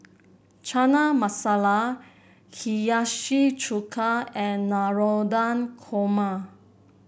Chana Masala Hiyashi Chuka and Navratan Korma